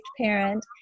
parent